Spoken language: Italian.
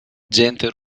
gente